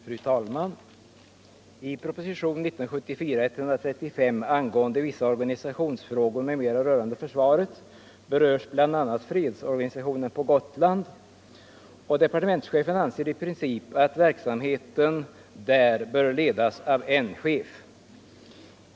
Fru talman! I proposition 1974:135 angående vissa organisationsfrågor m.m. rörande försvaret berörs bl.a. fredsorganisationen på Gotland. Departementschefen anser i princip att verksamheten där bör ledas av en chef.